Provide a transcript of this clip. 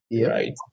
right